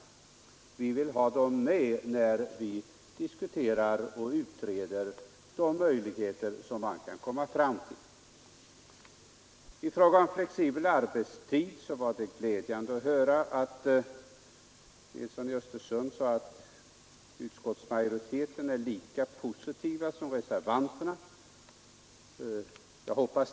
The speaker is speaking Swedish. Vi vill ha dem med när vi diskuterar och utreder olika möjligheter. I fråga om flexibel arbetstid var det glädjande att höra herr Nilsson i Östersund säga att utskottsmajoriteten är lika positiv som reservanterna.